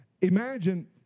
Imagine